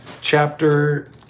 chapter